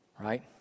Right